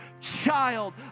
child